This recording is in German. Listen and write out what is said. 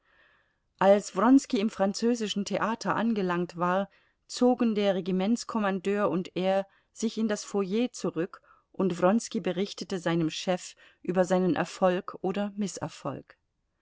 als wronski im französischen theater angelangt war zogen der regimentskommandeur und er sich in das foyer zurück und wronski berichtete seinem chef über seinen erfolg oder mißerfolg